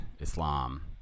Islam